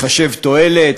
מחשב תועלת,